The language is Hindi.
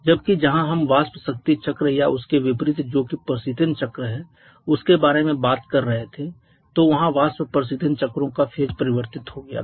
जबकि जहाँ हम वाष्प शक्ति चक्र या उसके विपरीत जो कि प्रशीतन चक्र है उसके बारे में बात कर रहे थे तो वहां वाष्प प्रशीतन चक्रों का फेज परिवर्तित हो गया था